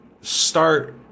start